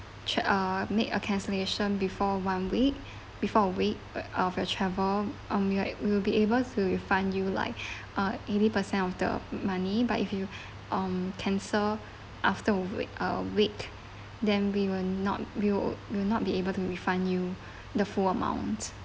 ch~ uh make a cancellation before one week before a week of your travel um will we will be able to refund you like uh eighty percent of the money but if you um cancel after a we~ a week then we will not we will will not be able to refund you the full amount